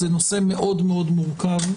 זה נושא מאוד מאוד מורכב.